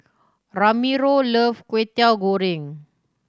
Ramiro love Kwetiau Goreng